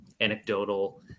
anecdotal